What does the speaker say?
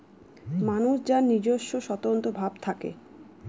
মানুষ যার নিজস্ব স্বতন্ত্র ভাব থাকে